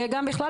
ובכלל,